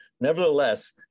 Nevertheless